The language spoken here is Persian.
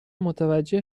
متوجه